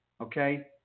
okay